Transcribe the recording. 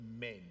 men